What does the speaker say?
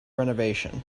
renovation